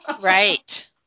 Right